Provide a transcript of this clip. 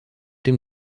dem